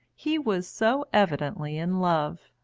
he was so evidently in love,